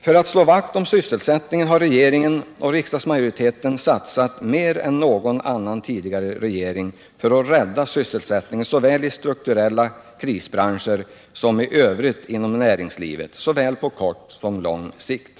För att slå vakt om sysselsättningen har regering och riksdagsmajoritet satsat mer än någon annan tidigare regering i Sverige för att rädda sysselsättningen såväl i strukturella krisbranscher som i övrigt inom näringslivet på både kort och lång sikt.